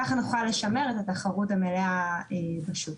ככה נוכל לשמר את התחרות המלאה בשוק.